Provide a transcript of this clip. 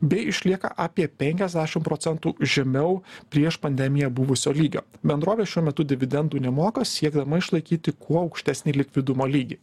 bei išlieka apie penkiasdešim procentų žemiau prieš pandemiją buvusio lygio bendrovė šiuo metu dividendų nemoka siekdama išlaikyti kuo aukštesni likvidumo lygį